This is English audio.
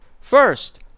First